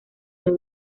the